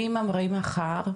מי ממריא מחר?